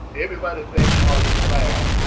everybody who think mark is black,